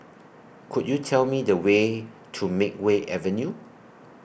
Could YOU Tell Me The Way to Makeway Avenue